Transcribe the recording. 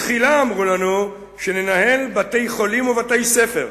בתחילה אמרו לנו שננהל בתי-חולים ובתי-ספר.